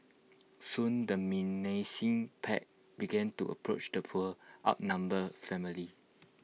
soon the menacing pack began to approach the poor outnumbered family